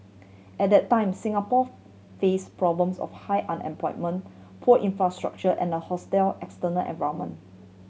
at that time Singapore face problems of high unemployment poor infrastructure and a hostile external environment